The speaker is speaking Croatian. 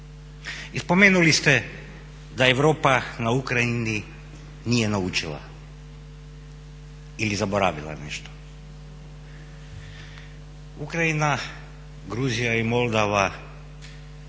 I spomenuli ste da Europa na Ukrajini nije naučila ili je zaboravila nešto. Ukrajina, Gruzija i Moldova,